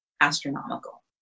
astronomical